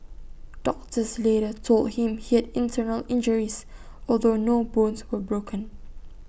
doctors later told him he had internal injuries although no bones were broken